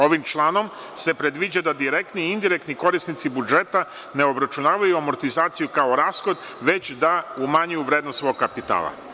Ovim članom se predviđa da direktni i indirektni korisnici budžeta ne obračunavaju amortizaciju kao rashod, već da umanjuju vrednost svog kapitala.